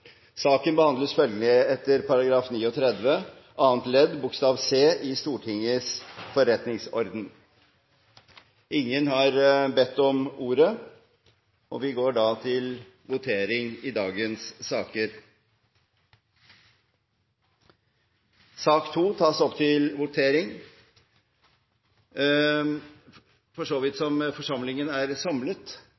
Saken behandles følgelig etter § 39 annet ledd bokstav c i Stortingets forretningsorden. Ingen har bedt om ordet. Sak nr. 2 tas opp til votering.